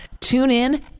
TuneIn